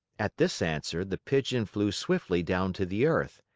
at this answer, the pigeon flew swiftly down to the earth.